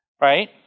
Right